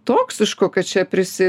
toksiško kad čia prisi